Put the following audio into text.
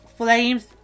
Flames